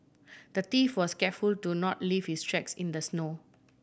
the thief was careful to not leave his tracks in the snow